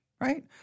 right